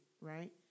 right